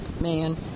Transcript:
man